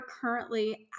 currently